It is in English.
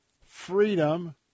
freedom